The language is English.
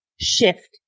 shift